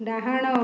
ଡାହାଣ